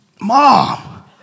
Mom